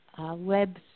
web